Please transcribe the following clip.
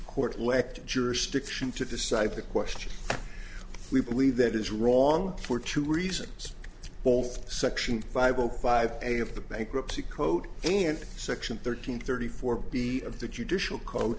court lacked jurisdiction to decide the question we believe that is wrong for two reasons wolf section five zero five eight of the bankruptcy code and section thirteen thirty four b of the judicial co